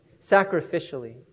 sacrificially